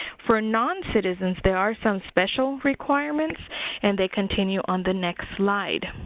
for non-citizens, there are some special requirements and they continue on the next slide.